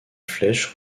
flèche